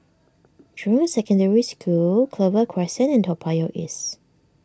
Jurong Secondary School Clover Crescent and Toa Payoh East